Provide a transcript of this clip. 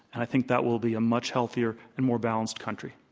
and i think that will be a much healthier and more balanced country.